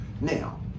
Now